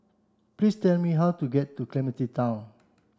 please tell me how to get to Clementi Town